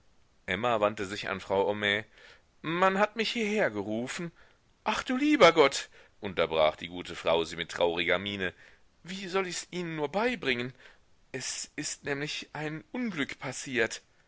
emma wandte sich an frau homais man hat mich hierher gerufen ach du lieber gott unterbrach die gute frau sie mit trauriger miene wie soll ichs ihnen nur beibringen es ist nämlich ein unglück passiert